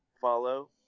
follow